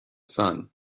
sun